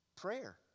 Prayer